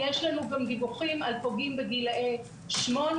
יש לנו גם דיווחים על פוגעים בגילאי 8,